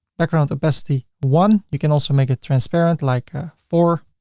background opacity one. you can also make it transparent like ah four